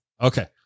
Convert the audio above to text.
Okay